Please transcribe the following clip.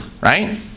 right